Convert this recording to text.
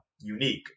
unique